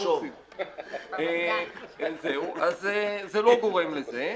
אז זה לא גורם לזה.